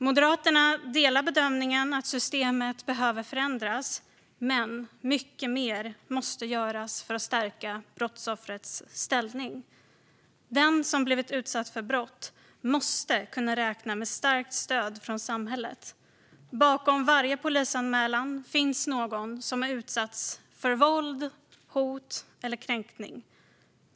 Moderaterna delar bedömningen att systemet behöver förändras, men mycket mer måste göras för att stärka brottsoffrets ställning. Den som har blivit utsatt för brott måste kunna räkna med ett starkt stöd från samhället. Bakom varje polisanmälan finns någon som har utsatts för våld, hot eller kränkning.